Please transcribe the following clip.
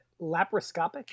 laparoscopic